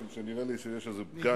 משום שנראה לי שיש איזה פגם.